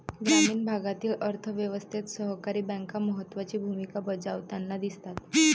ग्रामीण भागातील अर्थ व्यवस्थेत सहकारी बँका महत्त्वाची भूमिका बजावताना दिसतात